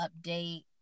update